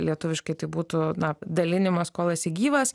lietuviškai tai būtų na dalinimas kol esi gyvas